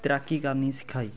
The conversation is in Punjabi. ਤੈਰਾਕੀ ਕਰਨੀ ਸਿਖਾਈ